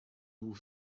vous